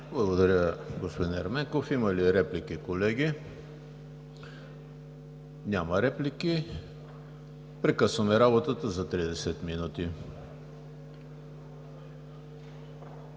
Благодаря, господин Ерменков. Има ли реплики, колеги? Няма. Прекъсваме работата за 30 минути.